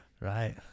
Right